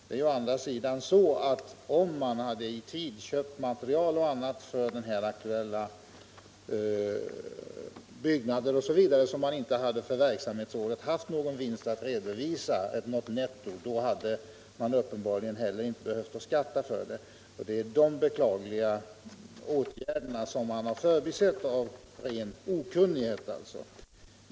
Men där förhåller det sig så, att om föreningen i tid hade köpt in material och annat för den aktuella byggnaden, så hade man för verksamhetsåret inte haft något netto att redovisa, och då hade man uppenbarligen inte heller fått skatta för beloppet. Den saken har man av ren okunnighet förbisett, och det är det som är det beklagliga.